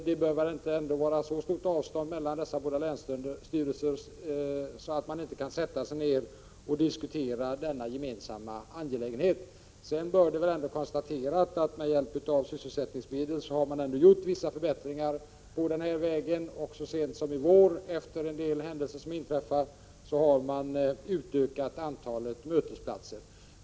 Det bör dock inte vara så stort avstånd mellan dessa länsstyrelser att man inte kan sätta sig ned och diskutera denna gemensamma angelägenhet. Sedan bör det konstateras att man med hjälp av sysselsättningsmedel har gjort vissa förbättringar på den här vägen. Så sent som i vår, efter en del händelser som inträffat, har man utökat antalet mötesplatser.